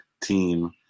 team